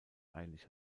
eilig